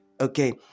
okay